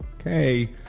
Okay